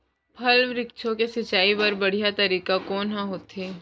फल, वृक्षों के सिंचाई बर बढ़िया तरीका कोन ह होथे?